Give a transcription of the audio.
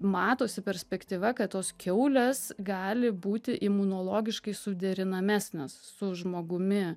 matosi perspektyva kad tos kiaulės gali būti imunologiškai suderinamesnės su žmogumi